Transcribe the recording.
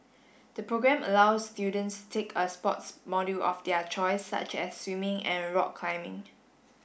the programme allows students take a sports module of their choice such as swimming and rock climbing